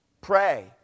Pray